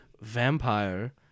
vampire